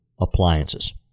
appliances